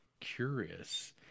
curious